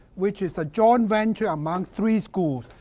which is a joint venture among three schools,